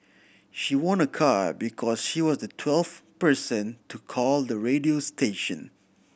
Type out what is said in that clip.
she won a car because she was the twelfth person to call the radio station